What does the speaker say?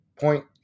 point